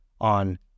on